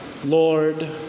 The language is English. Lord